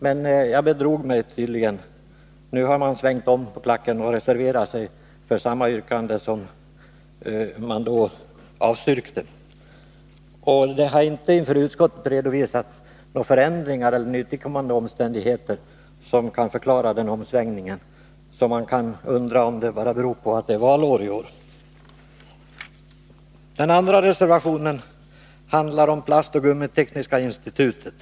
Men jag bedrog mig tydligen; nu har man reserverat sig för samma yrkande som man då avstyrkte. Det har inte för utskottet redovisats några nytillkommande omständigheter, som kan förklara omsvängningen. Man kan därför undra om förklaringen bara är att det är valår i år. Den andra reservationen handlar om Plastoch gummitekniska institutet.